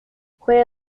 juega